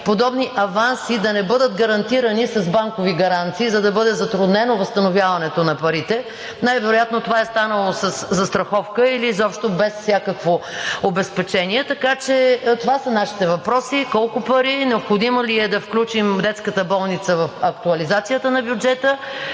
подобни аванси да не бъдат гарантирани с банкови гаранции, за да бъде затруднено възстановяването на парите. Най-вероятно това е станало със застраховка или изобщо без всякакво обезпечение. Това са нашите въпроси: колко пари, необходимо ли е да включим детската болница в актуализацията на бюджета